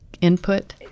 input